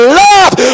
love